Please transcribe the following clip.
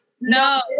No